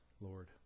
Lord